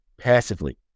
passively